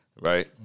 right